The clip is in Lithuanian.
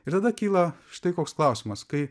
ir tada kyla štai koks klausimas kai